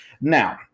Now